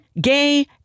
gay